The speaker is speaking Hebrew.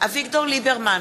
אביגדור ליברמן,